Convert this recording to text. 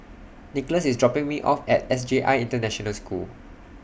Nicholas IS dropping Me off At S J I International School